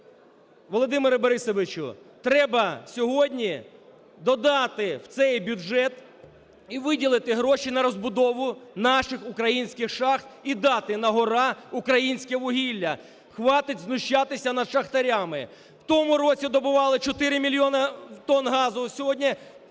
Володимире Борисовичу, треба сьогодні додати в цей бюджет і виділити гроші на розбудову наших українських шахт і дати на-гора українське вугілля. Хватить знущатися над шахтарями. В тому році добували 4 мільйони тонн газу, сьогодні